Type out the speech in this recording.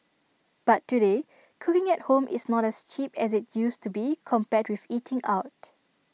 but today cooking at home is not as cheap as IT used to be compared with eating out